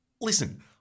Listen